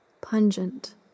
pungent